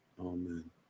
Amen